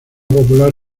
popular